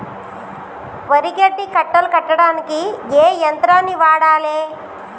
వరి గడ్డి కట్టలు కట్టడానికి ఏ యంత్రాన్ని వాడాలే?